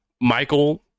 Michael